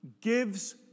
gives